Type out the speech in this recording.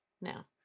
Now